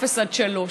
אפס עד שלוש.